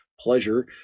pleasure